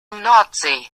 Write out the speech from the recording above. nordsee